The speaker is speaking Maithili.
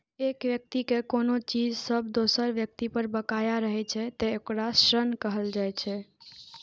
एक व्यक्ति के कोनो चीज जब दोसर व्यक्ति पर बकाया रहै छै, ते ओकरा ऋण कहल जाइ छै